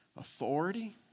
authority